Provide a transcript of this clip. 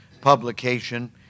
publication